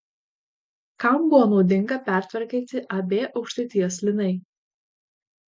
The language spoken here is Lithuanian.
kam buvo naudinga pertvarkyti ab aukštaitijos linai